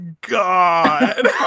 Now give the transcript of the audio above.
God